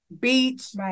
beach